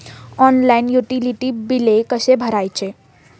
Online utility बिले कसे भरायचे?